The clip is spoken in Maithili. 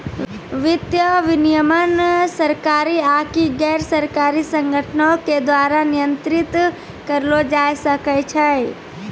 वित्तीय विनियमन सरकारी आकि गैरसरकारी संगठनो के द्वारा नियंत्रित करलो जाय सकै छै